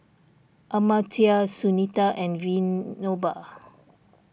Amartya Sunita and Vinoba